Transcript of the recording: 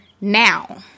now